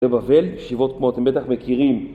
זה בבל, שיבות כמו אתם בטח מכירים